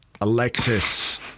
Alexis